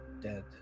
dead